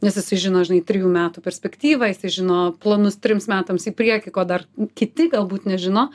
nes jisai žino žinai trijų metų perspektyvą jisai žino planus trims metams į priekį ko dar kiti galbūt nežino